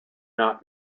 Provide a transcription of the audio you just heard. not